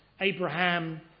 Abraham